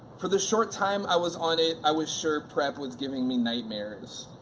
for the short time i was on it, i was sure prep was giving me nightmares.